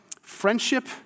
friendship